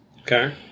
Okay